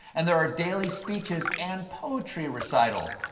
and there are daily speeches and poetry recitals.